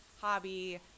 hobby